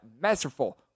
masterful